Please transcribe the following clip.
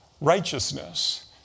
righteousness